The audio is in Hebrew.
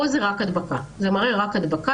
פה זה מראה רק הדבקה.